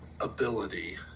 ability